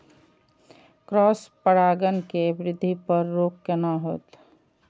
Cross परागण के वृद्धि पर रोक केना होयत?